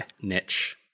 niche